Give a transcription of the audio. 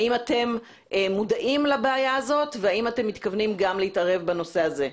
האם אתם מודעים לבעיה הזאת והאם אתם מתכוונים גם להתערב בנושא הזה?